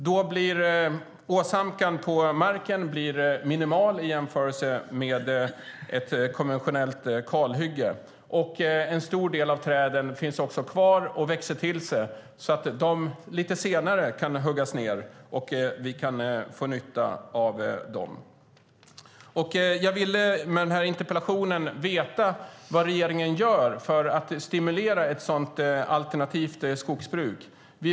Då blir åverkan på marken minimal i jämförelse med ett konventionellt kalhygge, och en stor del av träden finns kvar och växer till sig så att de senare kan huggas ned och komma till nytta. Med interpellationen ville jag få veta vad regeringen gör för att stimulera ett alternativt skogsbruk.